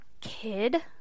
kid